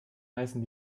heißen